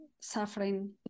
suffering